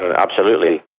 absolutely.